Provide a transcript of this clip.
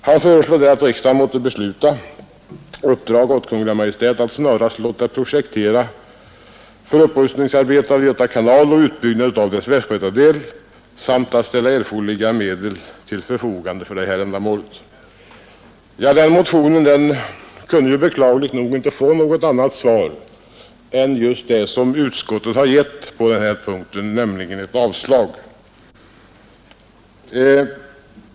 Han föreslår där att riksdagen måtte besluta uppdraga åt Kungl. Maj:t att snarast låta projektera för upprustning av Göta kanal och utbyggnad av dess västgötadel samt att ställa erforderliga medel till förfogande. Den motionen kunde beklagligt nog inte få något annat svar än ett avstyrkande.